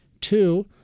Two